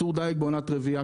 איסור דיג בעונת רבייה,